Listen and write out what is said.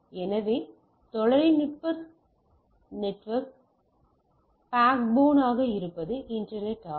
எனவே தொலைதொடர்பு நெட்வொர்க்காக பேக்போனாக இருப்பது இன்டர்நெட் ஆகும்